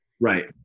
Right